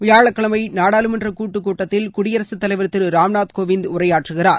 வியாழக்கிழமை நாடாளுமன்ற கூட்டு கூட்டத்தில் குடியரசு தலைவர் திரு ராம்நாத் கோவிந்த் உரையாற்றுகிறார்